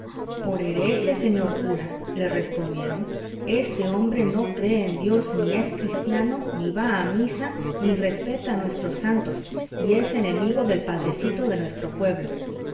por hereje señor cura le respondieron este hombre no cree en dios ni es cristiano ni va a misa ni respeta a nuestros santos y es enemigo del padrecito de nuestro pueblo